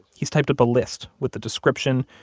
he's typed up a list with the description,